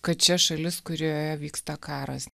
kad čia šalis kurioje vyksta karas